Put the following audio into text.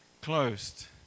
closed